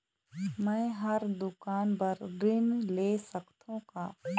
मैं हर दुकान बर ऋण ले सकथों का?